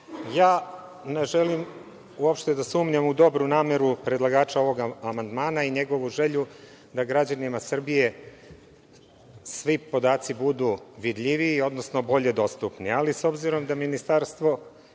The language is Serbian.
ne želim uopšte da sumnjam u dobru nameru predlagača ovog amandmana i njegovu želju da građanima Srbije svi podaci budu vidljiviji, odnosno bolje dostupni. Ali, s obzirom da ministarstvo